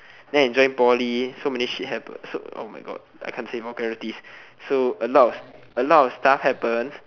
then I join poly so many shit happen so oh my god I can't say vulgarities so a lot a lot of stuff happened